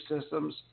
systems